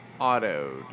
autoed